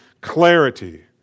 clarity